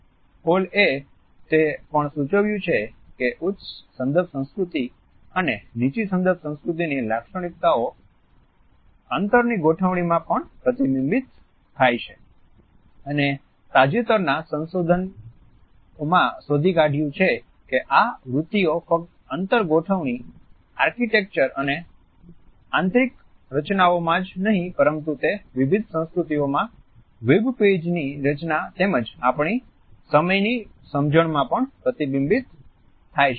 હોલએ તે પણ સૂચવ્યું છે કે ઉચ્ચ સંદર્ભ સંસ્કૃતિ અને નીચી સંદર્ભ સંસ્કૃતિની લાક્ષણિકતાઓ અંતરની ગોઠવણીમાં પણ પ્રતિબિંબિત થાય છે અને તાજેતરના સંશોધકોએ શોધી કાઢ્યું છે કે આ વૃત્તિઓ ફ્કત અંતર ગોઠવણી આર્કિટેક્ચર અને આંતરિક રચનાઓમાં જ નહિ પરંતુ તે વિવિધ સંસ્કૃતિઓમાં વેબ પેજીસની રચનામાં તેમજ આપણી સમયની સમજણમાં પણ પ્રતિબિંબિત થાય છે